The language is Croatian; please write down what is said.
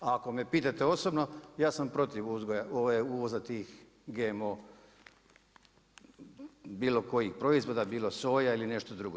Ako me pitate osobno, ja sam protiv uvoza tih GMO bilo koji proizvoda, bilo soja ili nešto drugo.